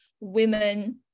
women